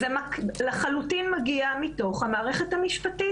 זה לחלוטין מגיע מתוך המערכת המשפטית.